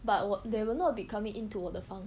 but 我 they will not be coming into 我的房